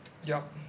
yup